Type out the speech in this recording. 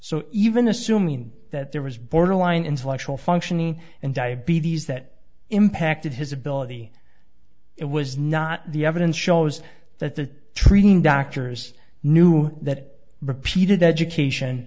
so even assuming that there was borderline intellectual functioning and diabetes that impacted his ability it was not the evidence shows that the treating doctors knew that repeated education